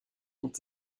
ont